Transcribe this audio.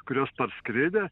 kurios parskridę